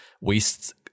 wastes